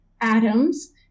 atoms